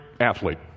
athlete